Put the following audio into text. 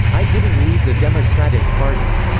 i didn't leave the democratic party.